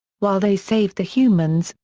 while they saved the humans,